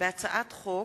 הצעת חוק